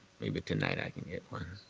maybe tonight i can get one.